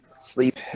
Sleep